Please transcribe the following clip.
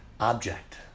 Object